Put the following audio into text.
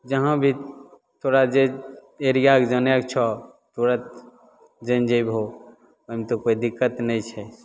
जहाँ भी तोरा जे एरिआके जानै छौ तुरन्त जानि जेबहो एहिमे तऽ कोइ दिक्कत नहि छै